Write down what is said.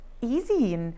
easy